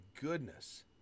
goodness